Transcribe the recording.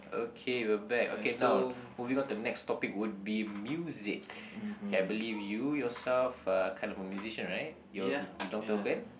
okay we're back okay now moving on to the next topic would be music K I believe you yourself uh kind of a musician right you belong to a band